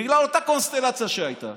בגלל אותה קונסטלציה שהייתה